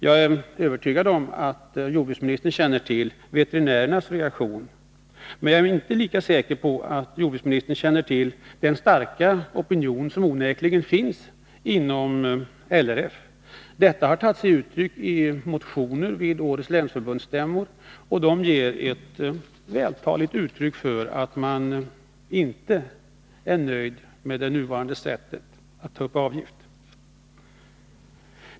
Jag är övertygad om att jordbruksministern känner till veterinärernas reaktioner. Men jag är inte lika säker på att jordbruksministern känner till den starka opinion som onekligen finns inom LRF och som tagit sig uttryck i motioner vid årets länsförbundsstämmor som ger vältaliga uttryck för att man inte är nöjd med nuvarande sätt att ta upp avgift.